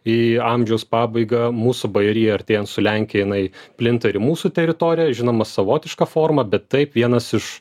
į amžiaus pabaigą mūsų bajorija artėjant su lenkija jinai plinta ir į mūsų teritoriją žinoma savotiška forma bet taip vienas iš